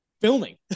filming